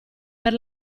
per